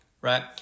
right